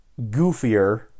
goofier